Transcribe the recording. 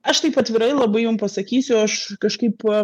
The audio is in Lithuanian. aš taip atvirai labai jum pasakysiu aš kažkaip